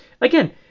Again